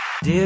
Dear